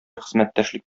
хезмәттәшлек